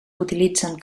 utilitzen